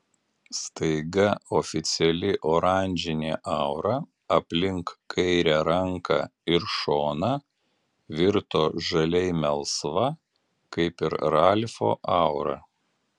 staiga oficiali oranžinė aura aplink kairę ranką ir šoną virto žaliai melsva kaip ir ralfo aura